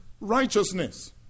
righteousness